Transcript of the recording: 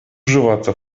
вживаться